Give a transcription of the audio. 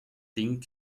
ding